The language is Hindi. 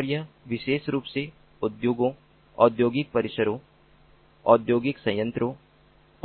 और यह विशेष रूप से उद्योगों औद्योगिक परिसरों औद्योगिक संयंत्रों